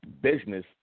business